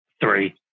Three